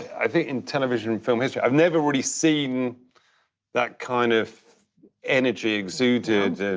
i think in television, film history i've never really seen that kind of energy exuded, and